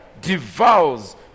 devours